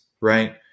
right